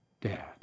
dad